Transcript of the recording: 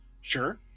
sure